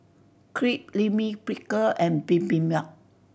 Crepe Lime Pickle and Bibimbap